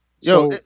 Yo